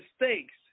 mistakes